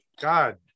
God